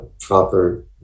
proper